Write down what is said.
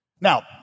Now